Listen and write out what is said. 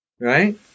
right